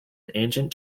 ancient